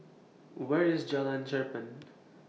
Where IS Jalan Cherpen